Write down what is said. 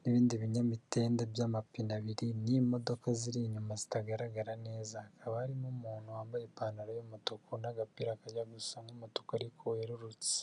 n'ibindi binyamitende by'amapine abiri n'imodoka ziri inyuma zitagaragara neza hakaba hari n'umuntu wambaye ipantaro y'umutuku n'agapira kajya gusa nk'umutuku ariko werurutse.